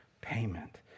payment